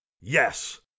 Yes